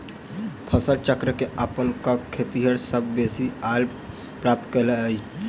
फसल चक्र के अपना क खेतिहर सभ बेसी आय प्राप्त करैत छथि